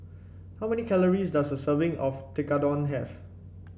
how many calories does a serving of Tekkadon have